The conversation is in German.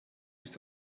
ist